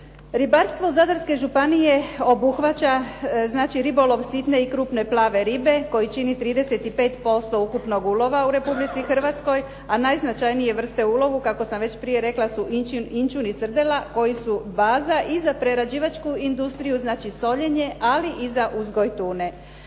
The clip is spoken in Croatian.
Ribarstvo Zadarske županije obuhvaća znači ribolov sitne i krupne plave ribe koji čini 35% ukupnog ulova u Republici Hrvatskoj, a najznačajnije vrste ulova kako sam već prije rekla su inćun i srdela koji su baza i za prerađivačku industriju. Znači, soljenje ali i za uzgoj tune.